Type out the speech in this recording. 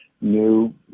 new